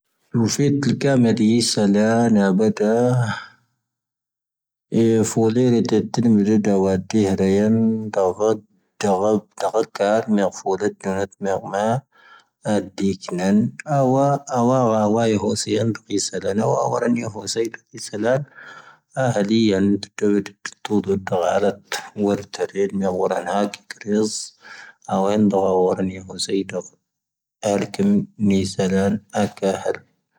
ⵀⵓⴼⴻⵉⵜ ⵜⵉⵍ ⴽⴰ ⵎⴰ ⴷⴻⵉⵙ ⵙⴰⵍⴰⵀ ⵏⵢⴰ ⴰⴱⴰⴷⴰⵀ ⴻⴼoⵔ ⵍⴻⵜ ⴻⵜⵜⵉⵎ ⵎⵉⵔⵉⴷ ⵏⴰⵡⴰ ⴷⵉⵀ ⵔⴻⵢⴻⵜ ⴷⴰⴳⴰⵜ ⴷⴰⴳⴰⴷ ⵜⴰⴽⴰⵔ ⵏⴻⵀⵢⴻⵜ ⴼⵓⵔⴻⵜ ⵏⴰⵜ ⵏⵉⴳ ⵎⴰ ⴰⴷⵉⴻⴽⵏⴰⵎ ⴰⵡⴰ ⴰⵡⴰ ⴰⵡⴰⵉ ⵀⵓⵙⵉⵢⴻⵏ ⵉⵙⵉⵍⴰⵏ ⵡⵓⵙⴰⵉⵜ ⵏⵉ ⵙⴰⵍⴰⵏ ⴰⵀⴰⵍⵉⵢⴻⵏ ⵜⵓⵜⵓ ⴱⵉⵜⵜⴻⵏ ⵏⴰⵎ ⵜⵓⵍⵉ ⵡⴰⵀⴰⵍⴰⵏ ⵡⴰⵔⵜⴻⵏ ⵏⵉⴳⴰⵍ ⵡⵓⵔⴰⵏ ⴽⵉⴽⴽⴰⵏ ⵜⵉⵣ ⴰⵡⵉⵏⴷ ⴰ ⵡⴰⵔⴻⵏ ⵏⵀⵓⵙⴰⵉⵏ ⴻⵜⴰv ⴰⴽⵉ ⵎⵉⵙⴰⵍⴰⵏ ⴰⴽⵀⴰ